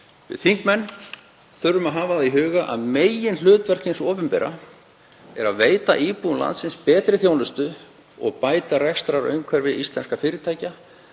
Við þingmenn þurfum að hafa það í huga að meginhlutverk hins opinbera er að veita íbúum landsins betri þjónustu og bæta rekstrarumhverfi íslenskra fyrirtækja,